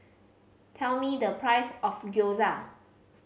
tell me the price of Gyoza